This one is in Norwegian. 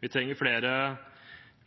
Vi trenger flere